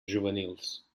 juvenils